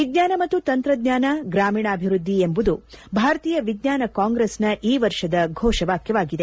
ವಿಜ್ಞಾನ ಮತ್ತು ತಂತ್ರಜ್ಞಾನ ಗ್ರಾಮೀಣಾಭಿವೃದ್ಧಿ ಎಂಬುದು ಭಾರತೀಯ ವಿಜ್ಞಾನ ಕಾಂಗ್ರೆಸ್ನ ಈ ವರ್ಷದ ಘೋಷವಾಕ್ವವಾಗಿದೆ